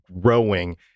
growing